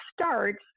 starts